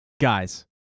guys